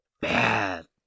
bad